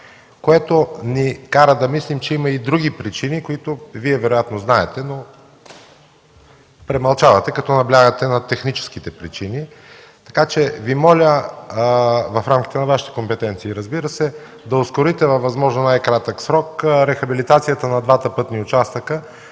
което ни кара да мислим, че има и други причини, които Вие вероятно знаете, но премълчавате, като наблягате на техническите причини. Моля Ви в рамките на Вашите компетенции да осигурите в най-кратък срок рехабилитацията на двата пътни участъка,